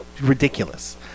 ridiculous